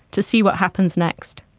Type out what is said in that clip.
to see what happens next.